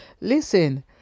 listen